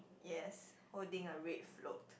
yes holding a red float